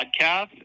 Podcast